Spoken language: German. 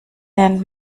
nennt